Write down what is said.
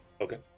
Okay